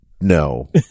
No